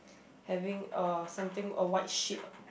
having uh something a white sheet